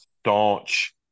staunch